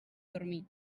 dormir